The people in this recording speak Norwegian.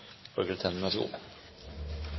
Statsråd Lysbakken, vær så god.